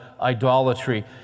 idolatry